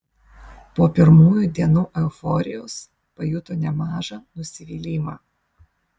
po pirmųjų dienų euforijos pajuto nemažą nusivylimą